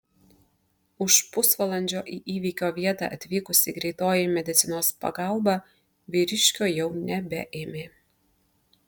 už pusvalandžio į įvykio vietą atvykusi greitoji medicinos pagalba vyriškio jau nebeėmė